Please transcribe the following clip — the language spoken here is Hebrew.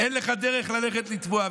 אין לך דרך ללכת לתבוע.